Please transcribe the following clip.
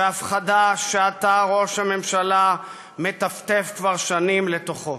והפחדה שאתה, ראש הממשלה, מטפטף כבר שנים לתוכו.